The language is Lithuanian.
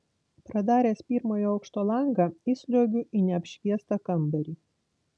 pradaręs pirmojo aukšto langą įsliuogiu į neapšviestą kambarį